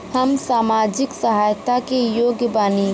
हम सामाजिक सहायता के योग्य बानी?